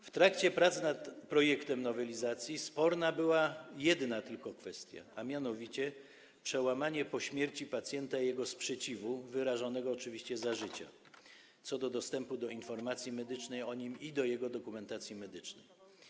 W trakcie prac nad projektem nowelizacji sporna była tylko jedna kwestia, a mianowicie kwestia przełamania po śmierci pacjenta jego sprzeciwu, wyrażonego oczywiście za życia, co do dostępu do informacji medycznej o nim i do jego dokumentacji medycznej.